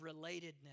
relatedness